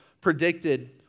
predicted